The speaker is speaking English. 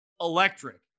electric